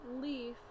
Leaf